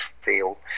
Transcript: feel